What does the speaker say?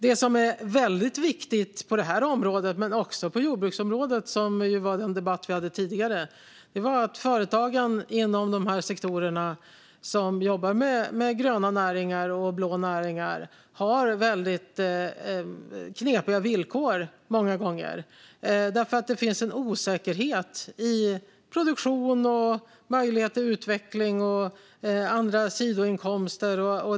Det som är väldigt viktigt på detta område men också på jordbruksområdet, som vi debatterade tidigare, är att företagen inom dessa sektorer som jobbar med gröna och blå näringar många gånger har mycket knepiga villkor därför att det finns en osäkerhet i fråga om produktion, möjlighet till utveckling och andra sidoinkomster.